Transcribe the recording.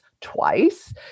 twice